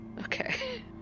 Okay